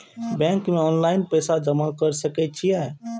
Bank में online पैसा जमा कर सके छीये?